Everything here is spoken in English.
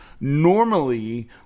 normally